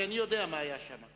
כי אני יודע מה היה שם,